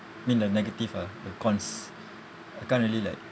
mean the negative ah the cons I can't really like